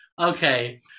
Okay